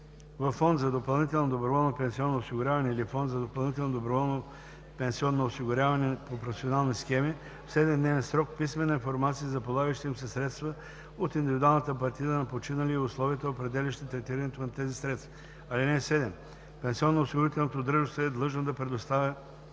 във фонд за допълнително доброволно пенсионно осигуряване или фонд за допълнително доброволно пенсионно осигуряване по професионални схеми в 7-дневен срок писмена информация за полагащите им се средства от индивидуалната партида на починалия и условията, определящи третирането на тези средства. (7) Пенсионноосигурителното дружество е длъжно да предоставя